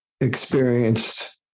experienced